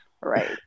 Right